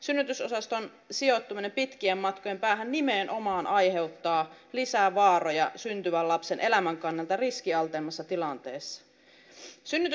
synnytysosaston sijoittuminen pitkien matkojen päähän nimenomaan aiheuttaa lisää vaaroja syntyvän lapsen elämän kannalta riskialtteimmissa tilanteissa